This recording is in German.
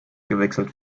gewechselt